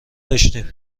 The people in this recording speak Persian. داشتیم